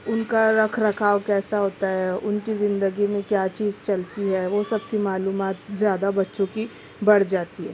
اُن کا رکھ رکھاؤ کیسا ہوتا ہے اُن کی زندگی میں کیا چیز چلتی ہے وہ سب کی معلومات زیادہ بچوں کی بڑھ جاتی ہے